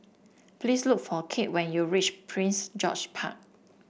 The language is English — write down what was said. please look for Cade when you reach Prince George Park